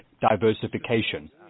diversification